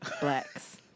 blacks